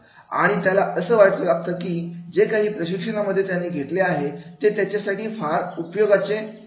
आणि त्याला असं वाटू लागतं की जे काही प्रशिक्षणामध्ये त्याने घेतलेले आहे ते त्याच्यासाठी फार काही उपयोगी नाही